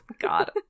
god